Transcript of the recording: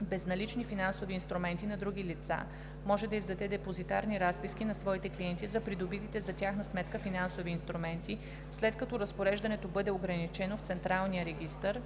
безналични финансови инструменти на други лица, може да издаде депозитарни разписки на своите клиенти за придобитите за тяхна сметка финансови инструменти, след като разпореждането бъде ограничено в централния регистър